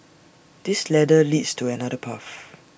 this ladder leads to another path